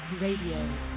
Radio